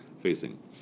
facing